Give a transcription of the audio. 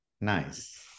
Nice